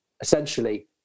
essentially